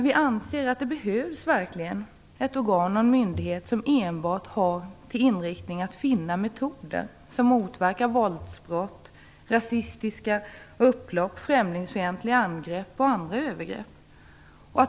Vi anser att det verkligen behövs ett organ och en myndighet som enbart har som inriktning att finna metoder som motverkar våldsbrott, rasistiska upplopp, främlingsfientliga angrepp och andra övergrepp.